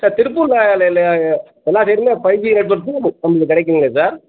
sir திருப்பூரில் லைனில் எல்லா சைடுலேயும் ஃபைவ் ஜி நெட்வொர்க்கு உங்களுக்கு கிடைக்குங்களே சார்